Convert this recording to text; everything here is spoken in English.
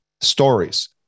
stories